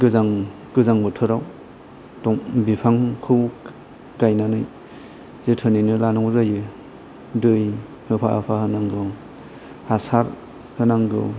गोजां गोजां बोथोराव बिफांखौ गायनानै जोथोननैनो लानांगौ जायो दै होफा होफा होनांगौ हासार होनांगौ